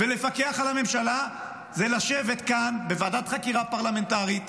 לפקח על הממשלה זה לשבת כאן בוועדת חקירה פרלמנטרית,